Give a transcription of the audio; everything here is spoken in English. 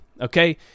okay